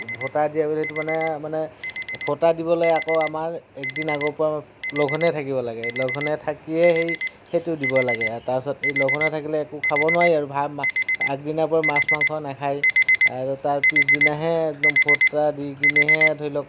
ভোটা দিয়া বুলি সেইটো মানে মানে ভোটা দিবলৈ আকৌ আমাৰ একদিন আগৰে পৰাই লঘোণে থাকিব লাগে লঘোণে থাকিয়েই সেইটো দিব লাগে আৰু তাৰপাছত এই লঘোণে থাকিলে একো খাব নোৱাৰি আৰু ভাত আগদিনাৰ পৰা মাছ মাংস নাখায় আৰু তাৰ পিছদিনাহে একদম ভোটা দি কিনেহে ধৰি লওঁক